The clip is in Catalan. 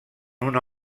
una